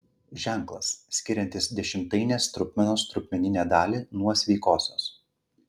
ženklas skiriantis dešimtainės trupmenos trupmeninę dalį nuo sveikosios